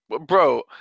Bro